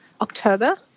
October